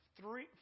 three